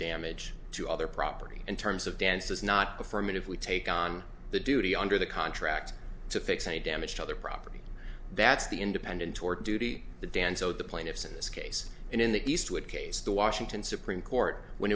damage to other property in terms of dances not affirmatively take on the duty under the contract to fix any damage to other property that's the independent or duty the dance so the plaintiffs in this case and in the east would case the washington supreme court when